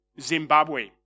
Zimbabwe